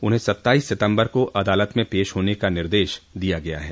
उन्हें सत्ताइस सितम्बर को अदालत में पेश होने का निर्देश दिया गया है